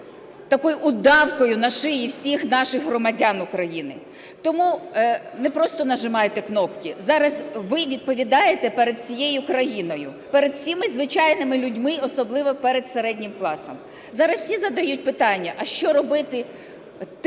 такою удавкою на шиї всіх наших громадян України. Тому не просто нажимайте кнопки. Зараз ви відповідаєте перед усією країною, перед усіма звичайними людьми, особливо перед середнім класом. Зараз усі задають питання, а що робити тим,